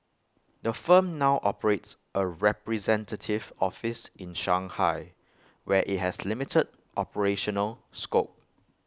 the firm now operates A representative office in Shanghai where IT has limited operational scope